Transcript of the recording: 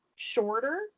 shorter